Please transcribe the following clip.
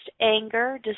anger